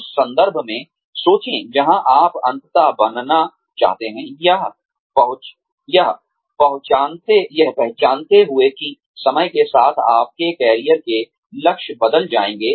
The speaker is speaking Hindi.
उस संदर्भ में सोचें जहां आप अंततः बनना चाहते हैं यह पहचानते हुए कि समय के साथ आपके करियर के लक्ष्य बदल जाएंगे